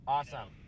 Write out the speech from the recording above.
Awesome